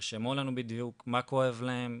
שירשמו לנו בדיוק מה כואב להם,